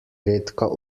redka